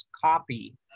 copy